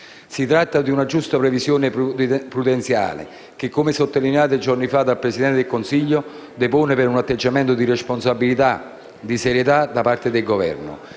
Si tratta di una giusta previsione prudenziale che, come sottolineato giorni fa dal Presidente del Consiglio, depone per un atteggiamento di responsabilità e di serietà da parte del Governo.